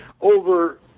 over